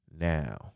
now